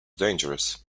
dangerous